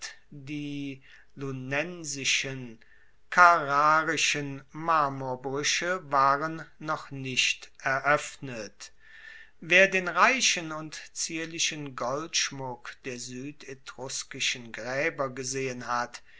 die lunensischen carrarischen marmorbrueche waren noch nicht eroeffnet wer den reichen und zierlichen goldschmuck der suedetruskischen graeber gesehen hat